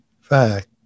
fact